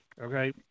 Okay